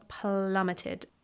plummeted